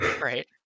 Right